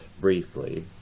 briefly